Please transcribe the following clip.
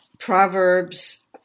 Proverbs